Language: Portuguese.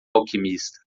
alquimista